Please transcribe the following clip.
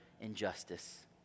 injustice